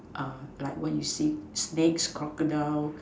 like what you say snakes crocodile